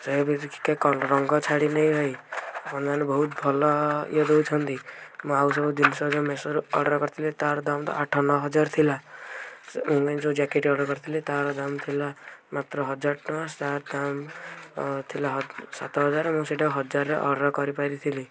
ସେ ବି ଟିକେ ରଙ୍ଗ ଛାଡ଼ିନେଇ ଭାଇ ଆପଣ ନହେଲେ ବହୁତ ଭଲ ଇଏ ଦଉଛନ୍ତି ମୁଁ ଆଉ ଯେଉଁ ଜିନିଷ ସବୁ ମେସୋରୁ ଅର୍ଡ଼ର୍ କରିଥିଲି ତାହାର ଦାମ୍ ତ ଆଠ ନଅ ହଜାର ଥିଲା ସେ ଅନଲାଇନ୍ ଯେଉଁ ଜ୍ୟାକେଟ୍ ଅର୍ଡ଼ର୍ କରିଥିଲି ତାହାର ଦାମ୍ ଥିଲା ମାତ୍ର ହଜାର ଟଙ୍କା ତା'ର ଦାମ୍ ଥିଲା ସାତ ହଜାର ଏବଂ ସେଇଟା ହଜାରରେ ଅର୍ଡ଼ର୍ କରିପାରିଥିଲି